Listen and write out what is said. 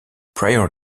prior